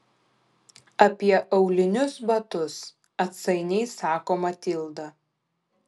apie aulinius batus atsainiai sako matilda